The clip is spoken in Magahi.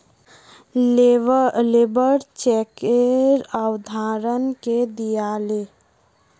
लेबर चेकेर अवधारणा के दीयाले